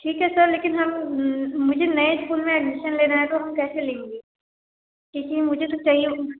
ठीक है सर लेकिन हम मुझे नए स्कूल में एडमिशन लेना है तो हम कैसे लेंगे टी सी मुझे तो चहिए हो